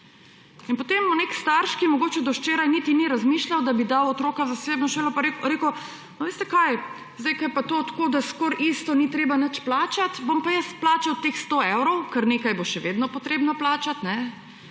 In potem je nek starš, ki mogoče do včeraj niti ni razmišljal, da bi dal otroka v zasebno šolo, pa je rekel, a veste kaj, zdaj, ko je pa to tako, da skoraj isto ni treba nič plačat, bom pa jaz plačal teh 100 evrov, ker nekaj bo še vedno potrebno plačati –